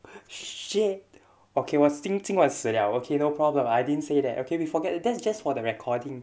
shit okay 我今晚死了 okay no problem I didn't say that okay we forget that that's just for the recording